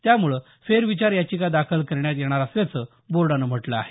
त्यामुळे फेरविचार याचिका दाखल करण्यात येणार असल्याचं बोर्डानं म्हटलं आहे